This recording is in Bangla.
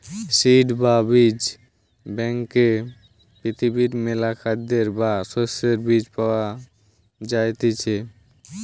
সিড বা বীজ ব্যাংকে পৃথিবীর মেলা খাদ্যের বা শস্যের বীজ পায়া যাইতিছে